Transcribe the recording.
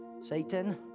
Satan